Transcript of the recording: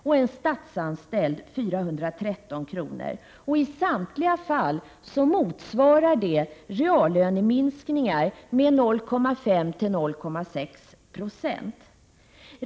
och en statsanställd med 413 kr. I samtliga fall motsvarar det reallöneminskningar med 0,5-0,6 70.